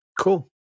cool